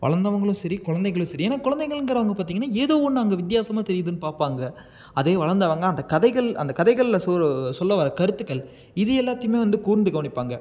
வளர்ந்தவங்களும் சரி குழந்தைங்களும் சரி ஏன்னா குழந்தைகள்ங்கிறவங்க பார்த்திங்கனா ஏதோ ஒன்று அங்கே வித்தியாசமாக தெரியுதுனு பார்ப்பாங்க அதே வளர்ந்தவங்க அந்த கதைகள் அந்த கதைகளில் சொல்ல வர கருத்துகள் இது எல்லாத்தியுமே வந்து கூர்ந்து கவனிப்பாங்க